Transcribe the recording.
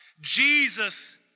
Jesus